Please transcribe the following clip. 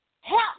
Help